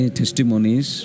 testimonies